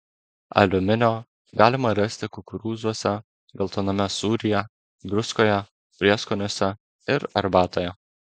aliuminio galima rasti kukurūzuose geltoname sūryje druskoje prieskoniuose ir arbatoje